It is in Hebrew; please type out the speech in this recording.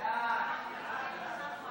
סעיפים 1 2